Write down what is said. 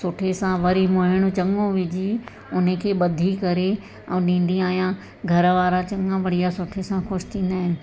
सुठे सां वरी मोइण चङो विझी उन खे बधी करे ऐं ॾींदी आहियां घरु वारा चङा बढ़िया सुठे सां ख़ुशि थींदा आहिनि